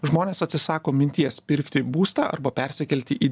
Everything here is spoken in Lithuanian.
žmonės atsisako minties pirkti būstą arba persikelti į